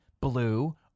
blue